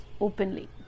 openly